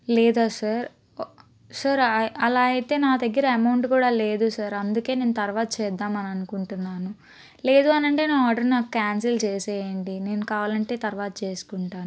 లేదా sir sir అలా అయితే నా దగ్గర అమౌంట్ కూడా లేదు సార్ అందుకే నేను తర్వాత చేద్దాం అనుకుంటున్నాను లేదు అని అంటే నా ఆర్డర్ నాకు క్యాన్సిల్ చేసేయండి నేను కావాలంటే నేను తర్వాత చేసుకుంటాను